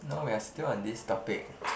no we are still on this topic